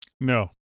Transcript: No